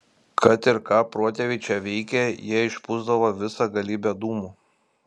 kad ir ką protėviai čia veikė jie išpūsdavo visą galybę dūmų